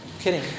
Kidding